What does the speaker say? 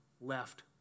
left